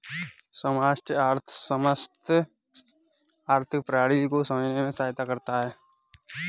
समष्टि अर्थशास्त्र समस्त आर्थिक प्रणाली को समझने में सहायता करता है